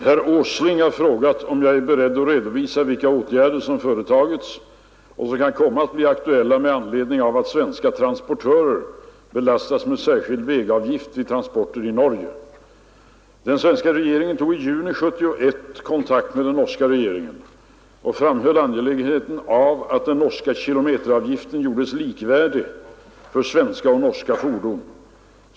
Herr talman! Herr Åsling har frågat mig om jag är beredd att redovisa vilka åtgärder som företagits och som kan komma att bli aktuella med anledning av att svenska transportörer belastas med särskild vägavgift vid transporter i Norge. Den svenska regeringen tog i juni 1971 kontakt med den norska regeringen och framhöll angelägenheten av att den norska kilometeravgiften gjordes likvärdig för svenska och norska fordon.